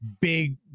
big